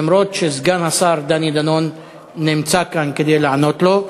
אף-על-פי שסגן השר דני דנון נמצא כאן כדי לענות לו.